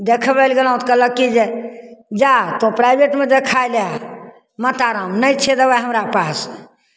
देखबय लए गयलहुँ तऽ कहलक कि जे जा तोँ प्राइभेटमे देखा लएह माताराम नहि छै दबाइ हमरा पास